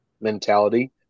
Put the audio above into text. mentality